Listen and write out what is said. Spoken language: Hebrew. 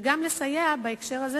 וגם לסייע בהקשר הזה,